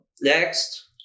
next